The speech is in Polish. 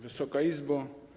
Wysoka Izbo!